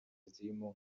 zirimo